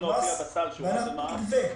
חשבונות מס